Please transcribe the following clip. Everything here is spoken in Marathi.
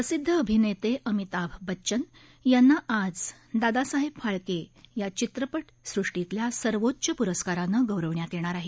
प्रसिद्ध अभिनेते अमिताभ बच्चन यांना आज दादासाहेब फाळके या चित्रप सुष्टीतल्या सर्वोच्च पुरस्कारानं गौरवण्यात येणार आहे